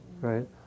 Right